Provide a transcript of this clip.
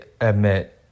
admit